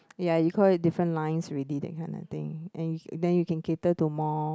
ya you call it different lines already that kind of thing and you then you can cater to more